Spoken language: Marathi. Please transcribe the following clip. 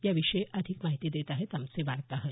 या विषयी अधिक माहिती देत आहेत आमचे वार्ताहर